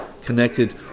connected